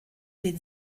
den